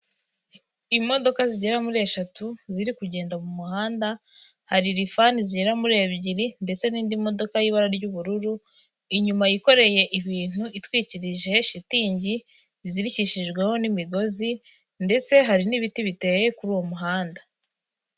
Imodoka zigera muri eshatu ziri kugenda mu muhanda, hari rifani zigera muri ebyiri ndetse n'indi modoka y'ibara ry'ubururu, inyuma yikoreye ibintu, itwikirije shitingi, bizirikishijweho n'imigozi ndetse hari n'ibiti biteye kuri uwo muhanda.